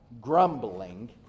grumbling